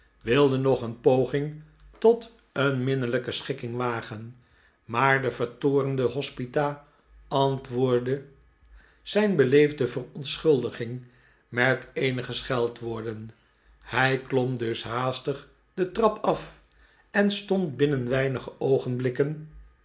wilde nog een poging tot een minnelijke schikking wagen maar de vertoornde hospita beantwoordde zijn beleefde verontschuldiging met eenige scheldwoorden hij klom dus haastig de trap af en stond binnen weinige oogenblikde